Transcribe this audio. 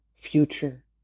future